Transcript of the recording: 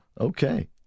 Okay